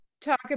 talk